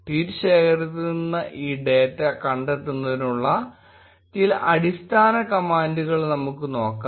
tweet ശേഖരത്തിൽ നിന്ന് ഈ ഡേറ്റ കണ്ടെത്തുന്നതിനുള്ള ചില അടിസ്ഥാന കമാൻഡുകൾ നമുക്ക് നോക്കാം